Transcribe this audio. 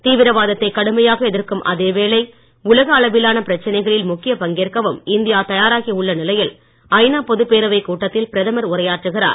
தீவிரவாதத்தைக் கடுமையாக எதிர்க்கும் அதே வேளை உலக அளவிலான பிரச்சனைகளில் முக்கியப் பங்கேற்கவும் இந்தியா தயாராகி உள்ள நிலையில் பொதுப் பேரவைக் கூட்டத்தில் பிரதமர் ஐநா உரையாற்றுகிறார்